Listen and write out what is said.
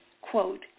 quote